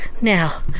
Now